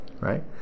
Right